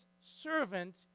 servant